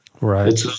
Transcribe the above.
Right